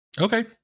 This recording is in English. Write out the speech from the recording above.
Okay